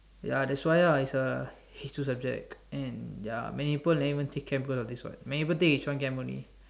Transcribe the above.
ya that's why ah it's a H-two subject and ya many people never even take Chem because of this what many people take H-one Chem only